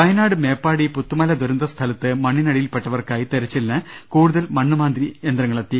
വയനാട് മേപ്പാടി പുത്തുമല ദുരന്ത സ്ഥലത്ത് മണ്ണിനടിയിൽപ്പെട്ടവർ ക്കായി തെരച്ചലിന് കൂടുതൽ മണ്ണുമാന്തി യന്ത്രങ്ങളെത്തി